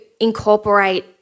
incorporate